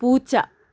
പൂച്ച